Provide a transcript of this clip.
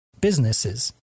businesses